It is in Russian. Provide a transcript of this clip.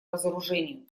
разоружению